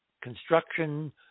construction